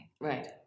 right